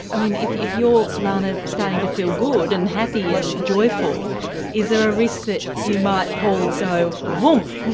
i mean if if you're, lana, starting to feel good and happy and joyful is there a risk that you might paul go voomp?